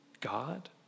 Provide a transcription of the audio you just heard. God